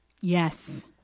Yes